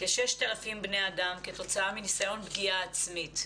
כ-6,000 בני אדם כתוצאה מניסיון פגיעה עצמית.